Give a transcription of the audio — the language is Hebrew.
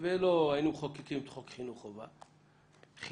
ולא היינו מחוקקים את חוק חינוך חובה חינם,